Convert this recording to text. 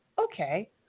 okay